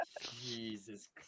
Jesus